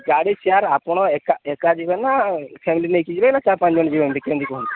ଗାଡ଼ି ସିୟାର୍ ଆପଣ ଏକା ଏକା ଯିବେ ନା ଫ୍ୟାମିଲି ନେଇକି ଯିବେ ନା ଚାର ପାଞ୍ଚ ଜଣ ଯିବେ ମିତି କେମତି କୁହନ୍ତୁ